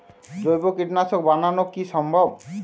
জৈব কীটনাশক বানানো কি সম্ভব?